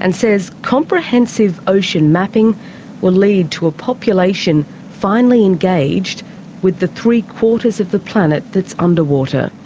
and says comprehensive ocean mapping will lead to a population finally engaged with the three-quarters of the planet that's underwater.